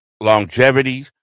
longevity